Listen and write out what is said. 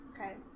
Okay